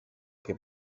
che